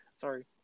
sorry